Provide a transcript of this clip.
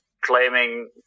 claiming